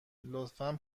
لطفا